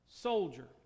soldier